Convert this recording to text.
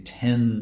ten